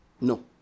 no